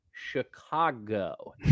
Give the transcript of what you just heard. chicago